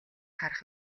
харах